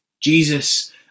Jesus